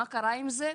מה קרה עם זה?